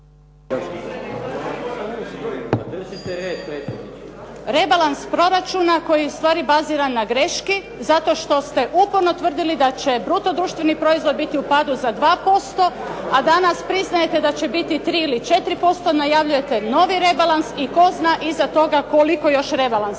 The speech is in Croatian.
Rebalans proračuna koji je ustvari baziran na greški zato što ste uporno tvrdili da će bruto društveni proizvod biti u padu za 2%, a danas priznajete da će biti 3 ili 4%, najavljujete novi rebalans i tko zna iza toga koliko još rebalansa.